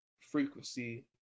frequency